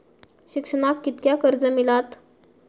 शिक्षणाक कीतक्या कर्ज मिलात?